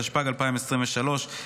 התשפ"ג 2023,